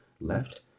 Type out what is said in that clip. left